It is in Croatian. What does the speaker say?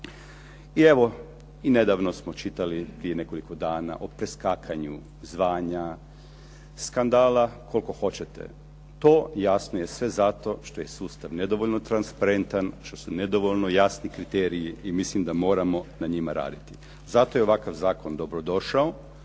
I evo, i nedavno smo čitali prije nekoliko dana o preskakanju zvanja, skandala koliko hoćete. To jasno je sve zato što je sustav nedovoljno transparentan, što su nedovoljno jasni kriteriji i mislim da moramo na njima raditi. Zato je ovakav zakon dobrodošao,